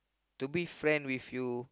to be friend with you